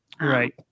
Right